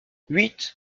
huit